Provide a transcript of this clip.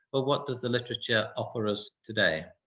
well, what does the literature offer us today,